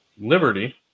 Liberty